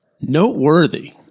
noteworthy